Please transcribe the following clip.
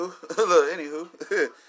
anywho